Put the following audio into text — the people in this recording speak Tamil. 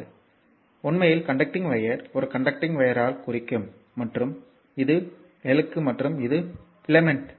இது உண்மையில் காண்டக்ட்ய்ங் வையர் ஒரு கண்டக்டர் வையர்யைக் குறிக்கும் மற்றும் இது விளக்கு மற்றும் இது பிலமென்ட் இது